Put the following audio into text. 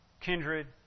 kindred